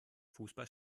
fußball